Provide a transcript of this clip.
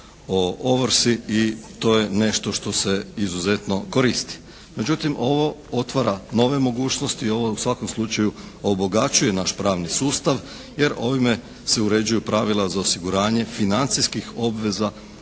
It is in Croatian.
to je nešto što se izuzetno koristi. Međutim, ovo otvara nove mogućnosti, ovo u svakom slučaju obogaćuje naš pravni sustav jer ovime se uređuju pravila za osiguranje financijskih obveza